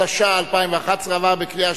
התשע"א 2011, נתקבל.